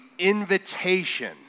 Invitation